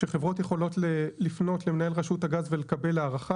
שחברות יכולות לפנות למנהל רשות הגז ולקבל הערכה,